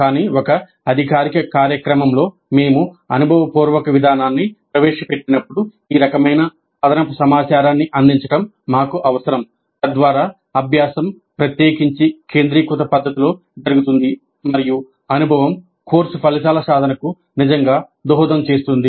కానీ ఒక అధికారిక కార్యక్రమంలో మేము అనుభవపూర్వక విధానాన్ని ప్రవేశపెట్టినప్పుడు ఈ రకమైన అదనపు సమాచారాన్ని అందించడం మాకు అవసరం తద్వారా అభ్యాసం ప్రత్యేకించి కేంద్రీకృత పద్ధతిలో జరుగుతుంది మరియు అనుభవం కోర్సు ఫలితాల సాధనకు నిజంగా దోహదం చేస్తుంది